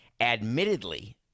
Admittedly